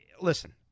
listen